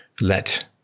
let